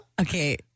Okay